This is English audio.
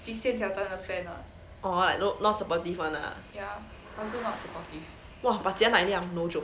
orh like not supportive [one] ah !wah! but jia nai liang no joke